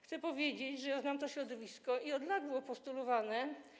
Chcę powiedzieć, że ja znam to środowisko i od lat to było postulowane.